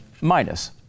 minus